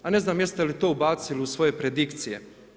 A ne znam jeste li to ubacili u svoje predikcije?